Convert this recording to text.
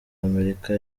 amerika